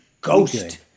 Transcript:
ghost